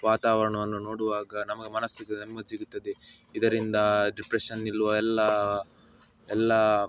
ವಾತಾವರಣವನ್ನು ನೋಡುವಾಗ ನಮ್ಮ ಮನಸ್ಸಿಗು ನೆಮ್ಮದಿ ಸಿಗುತ್ತದೆ ಇದರಿಂದ ಡಿಪ್ರೆಷನ್ ನಿಲ್ಲುವ ಎಲ್ಲ ಎಲ್ಲಾ